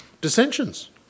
dissensions